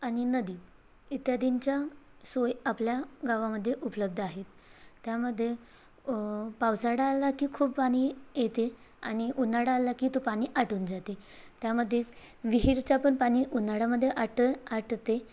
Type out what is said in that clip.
आणि नदी इत्यादींच्या सोय आपल्या गावामध्ये उपलब्ध आहेत त्यामध्ये पावसाळा आला की खूप पाणी येते आणि उन्हाळा आला की तो पाणी आटून जाते त्यामध्ये विहीरच्या पण पाणी उन्हाळ्यामध्ये आट आटते